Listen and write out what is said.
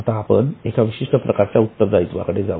आता एका विशिष्ट प्रकारच्या उत्तर्दयित्वा कडे जाऊ